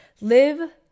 live